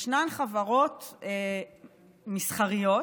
ישנן חברות מסחריות,